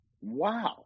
Wow